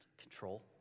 control